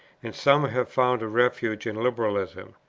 and some have found a refuge in liberalism.